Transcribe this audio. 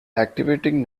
activating